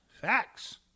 Facts